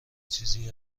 چیزی